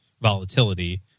volatility